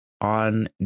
on